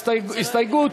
הסתייגות